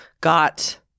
got